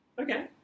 Okay